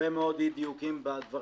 דבר